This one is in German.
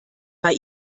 bei